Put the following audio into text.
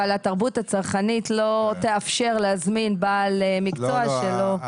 אבל התרבות הצרכנית לא תאפשר להזמין בעל מקצוע שלא --- לא,